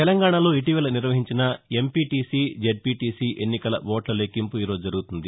తెలంగాణలో ఇటీవల నిర్వహించిన ఎంపీటీసీ జడ్పీటీసీ ఎన్నికల ఓట్ల లెక్సింపు ఈ రోజు జరుగుతుంది